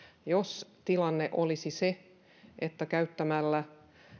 jos tilanne olisi se että käyttämällä